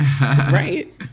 right